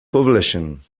publishing